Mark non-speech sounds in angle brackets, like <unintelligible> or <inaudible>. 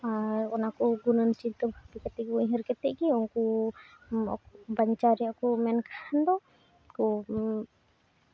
ᱟᱨ ᱚᱱᱟᱠᱚ ᱜᱱᱟᱹᱱ ᱪᱤᱱᱛᱟᱹ ᱵᱷᱟᱵᱽᱱᱟ ᱠᱟᱛᱮ ᱜᱮ ᱩᱭᱦᱟᱹᱨ ᱠᱟᱛᱮ ᱜᱮ ᱩᱱᱠᱩ ᱵᱟᱧᱪᱟᱣ ᱨᱮᱭᱟᱜ ᱠᱚ ᱢᱮᱱᱠᱷᱟᱱ ᱫᱚ ᱠᱚ <unintelligible>